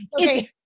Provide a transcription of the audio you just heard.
Okay